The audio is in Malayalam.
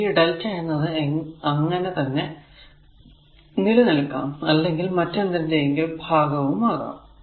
ഇനി ഈ lrmΔ എന്നത് അങ്ങനെ തന്നെ നില നിൽക്കാം അല്ലെങ്കിൽ മറ്റെന്തിന്റെയെങ്കിലും ഭാഗവും ആകാം